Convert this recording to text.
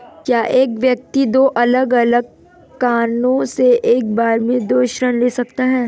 क्या एक व्यक्ति दो अलग अलग कारणों से एक बार में दो ऋण ले सकता है?